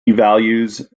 values